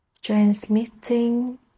transmitting